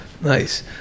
Nice